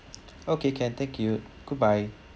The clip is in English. okay can thank you goodbye